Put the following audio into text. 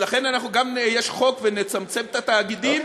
לכן גם יש חוק, ונצמצם את התאגידים.